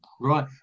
right